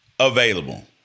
Available